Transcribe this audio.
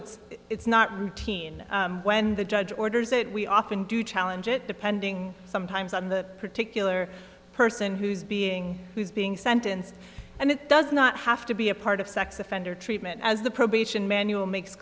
it's it's not routine when the judge orders it we often do challenge it depending sometimes on the particular person who's being who's being sentenced and it does not have to be a part of sex offender treatment as the probation manual makes